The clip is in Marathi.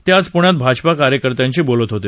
ते ज पृण्यात भाजपा कार्यकर्त्यांशी बोलत होते